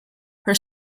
her